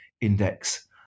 index